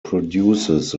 produces